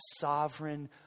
sovereign